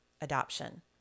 adoption